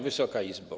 Wysoka Izbo!